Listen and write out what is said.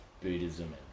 Buddhism